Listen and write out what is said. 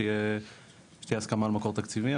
שיהיה הסכמה למקור תקציבי,